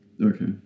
Okay